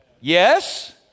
Yes